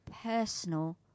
personal